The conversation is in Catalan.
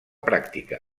pràctica